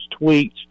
tweets